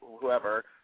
whoever